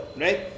right